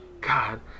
God